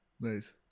Nice